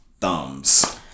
thumbs